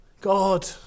God